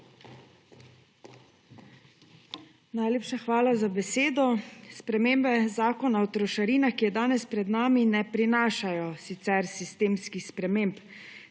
SDS): Hvala za besedo. Spremembe Zakona o trošarinah, ki je danes pred nami ne prinašajo sicer sistemskih sprememb,